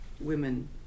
women